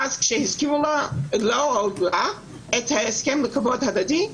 ואז כשהזכירו את ההסכם לכבוד הדדי,